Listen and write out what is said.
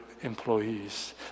employees